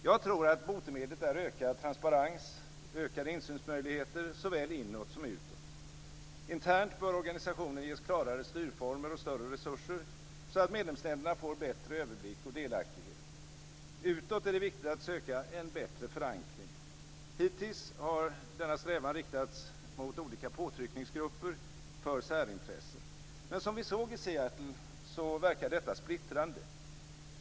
Jag tror att botemedlet är ökad transparens, ökade insynsmöjligheter, såväl inåt som utåt. Internt bör organisationen ges klarare styrformer och större resurser, så att medlemsländerna får bättre överblick och delaktighet. Utåt är det viktigt att söka en bättre förankring. Hittills har denna strävan riktats mot olika påtryckningsgrupper för särintressen. Men som vi såg i Seattle verkar detta splittrande.